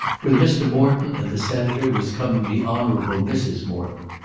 with mr. morton and the senator was coming the honourable mrs. morton.